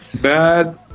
bad